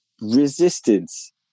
Resistance